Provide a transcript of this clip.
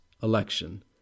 election